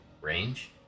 range